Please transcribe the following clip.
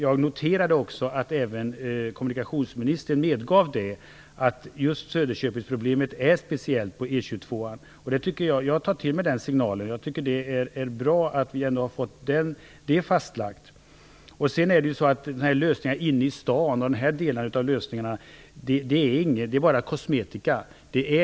Jag noterade att även kommunikationsministern medgav det. Just problemet på E 22:an genom Söderköping är speciellt. Jag tar till mig det. Jag tycker att det är bra att vi har fått det fastlagt. Lösningar inne i staden är bara kosmetika.